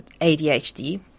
ADHD